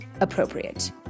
appropriate